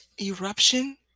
eruption